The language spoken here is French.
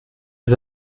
les